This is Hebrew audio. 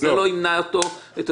לא מעניין אותו ולא ימנע אותו מלרצוח.